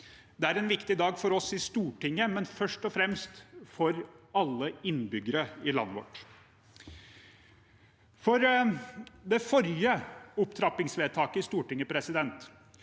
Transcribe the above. Det er en viktig dag for oss i Stortinget, men først og fremst for alle innbyggere i landet vårt. I det forrige opptrappingsvedtaket i Stortinget skulle